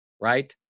right